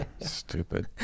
Stupid